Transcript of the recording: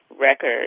record